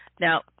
Now